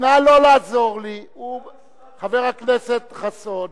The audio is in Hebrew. להוציא את חבר הכנסת ברכה.